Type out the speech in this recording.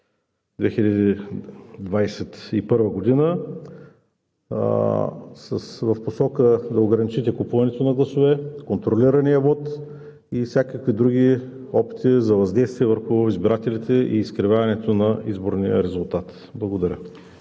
2021 г., в посока да ограничите купуването на гласове, контролирания вот и всякакви други опити за въздействие върху избирателите и изкривяването на изборния резултат? Благодаря.